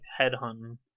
headhunting